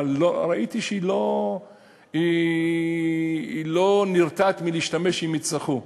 אבל ראיתי שהיא לא נרתעת מלהשתמש אם יצטרכו.